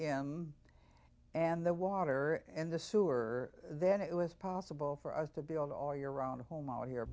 city and the water and the sewer then it was possible for us to build all your own home over here